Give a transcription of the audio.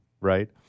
right